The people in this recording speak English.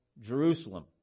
Jerusalem